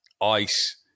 ice